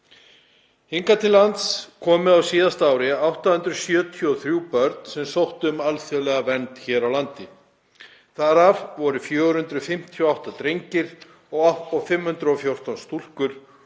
Hingað til lands komu á síðasta ári 873 börn sem sóttu um alþjóðlega vernd hér á landi. Þar af voru 458 drengir og 514 stúlkur